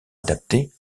adaptée